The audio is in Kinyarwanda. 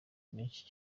menshi